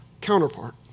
counterpart